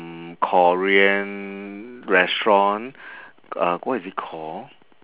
mm korean restaurant uh what is it called